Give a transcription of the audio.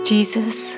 Jesus